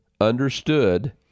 understood